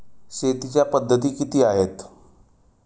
शेतीच्या पद्धती किती आहेत?